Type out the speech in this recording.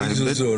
איזה זו?